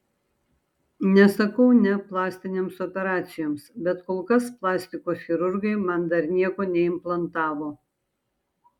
nesakau ne plastinėms operacijoms bet kol kas plastikos chirurgai man dar nieko neimplantavo